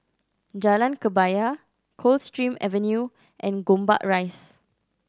Jalan Kebaya Coldstream Avenue and Gombak Rise